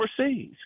overseas